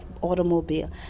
automobile